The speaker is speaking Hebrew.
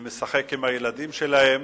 לשחק עם הילדים שלהם,